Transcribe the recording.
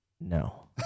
No